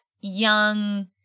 young